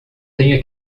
tenha